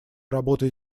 работы